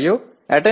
ஆகும்